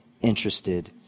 interested